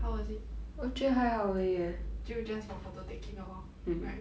how was it 就 just for photo taking 的 lor right